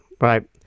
right